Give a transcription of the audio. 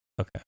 Okay